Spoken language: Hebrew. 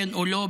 כן או לא,